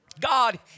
God